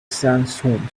sandstorm